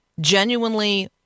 genuinely